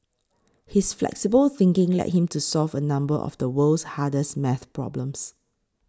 his flexible thinking led him to solve a number of the world's hardest math problems